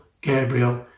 Gabriel